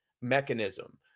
mechanism